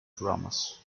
drummers